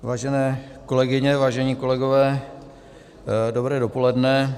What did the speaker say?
Vážené kolegyně, vážení kolegové, dobré dopoledne.